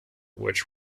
which